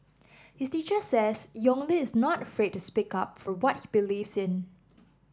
his teacher says Yong Li is not afraid to speak up for what he believes in